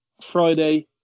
Friday